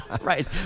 Right